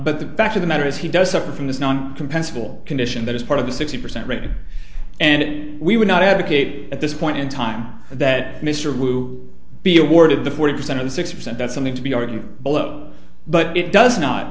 the back to the matter is he does suffer from the compensable condition that is part of the sixty percent rating and we would not advocate at this point in time that mr wu be awarded the forty percent of the six percent that's something to be argued below but it does not